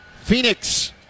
Phoenix